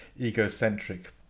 egocentric